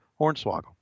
Hornswoggle